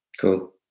Cool